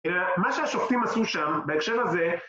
מה שהשופטים עשו שם, בהקשר הזה